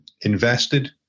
invested